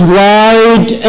wide